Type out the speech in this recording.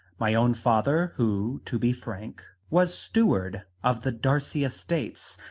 my own father, who, to be frank, was steward of the darcy estates,